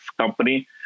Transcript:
company